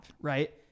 right